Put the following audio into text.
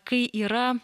kai yra